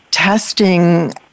testing